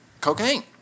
cocaine